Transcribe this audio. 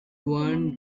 one